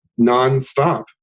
nonstop